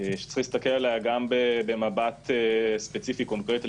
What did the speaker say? שצריך להסתכל עליה גם במבט ספציפי קונקרטי